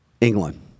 England